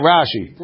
Rashi